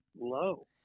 low